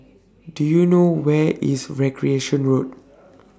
Do YOU know Where IS Recreation Road